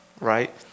right